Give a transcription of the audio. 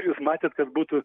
jūs matėt kad būtų